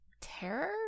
Terror